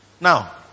Now